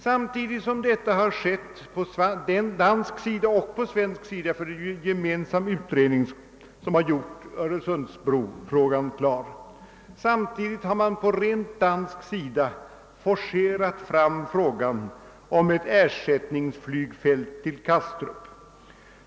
Samtidigt som detta har skett på både dansk och svensk sida — ty det är en gemensam utredning som har gjort öresundsbrofrågan klar har man i Danmark forcerat fram frågan om ett flygfält som skulle ersätta Kastrup.